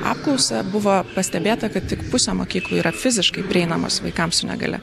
apklausą buvo pastebėta kad tik pusę mokyklų yra fiziškai prieinamos vaikams su negalia